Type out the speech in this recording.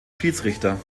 schiedsrichter